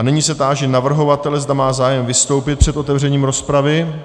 Nyní se táži navrhovatele, zda má zájem vystoupit před otevřením rozpravy.